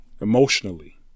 emotionally